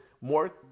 more